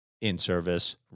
in-service